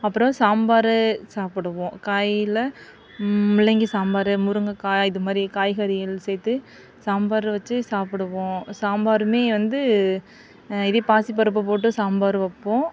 அப்புறம் சாம்பார் சாப்பிடுவோம் காயில் முள்ளங்கி சாம்பார் முருங்கக்காய் இது மாதிரி காய்கறிகள் சேர்த்து சாம்பார் வச்சு சாப்பிடுவோம் சாம்பாருமே வந்து இதே பாசிப்பருப்பு போட்டு சாம்பார் வைப்போம்